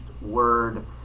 Word